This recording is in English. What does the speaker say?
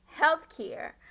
Healthcare